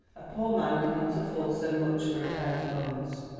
a poor man cannot afford so much for a pair of guns.